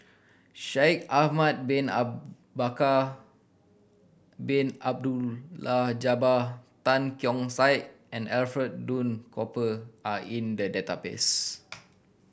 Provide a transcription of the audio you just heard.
Shaikh Ahmad Bin Bakar Bin Abdullah Jabbar Tan Keong Saik and Alfred Duff Cooper are in the database